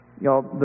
Y'all